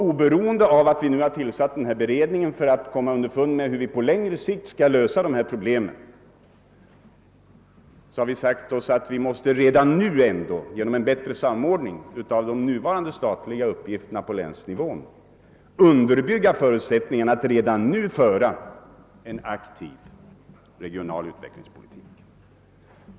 Oberoende av att vi nu tillsatt den här beredningen för att komma underfund med hur vi på längre sikt skall lösa problemen har vi sagt oss, att vi genom en bättre samordning av de nuvarande statliga uppgifterna på länsnivån bör underbygga förutsättningarna för att redan nu föra en aktiv regional utvecklingspolitik.